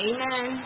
Amen